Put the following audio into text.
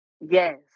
Yes